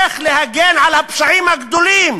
איך להגן על הפשעים הגדולים